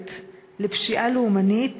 המיוחדת לפשיעה לאומנית